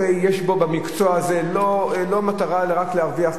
יש במקצוע הזה לא מטרה רק להרוויח כסף,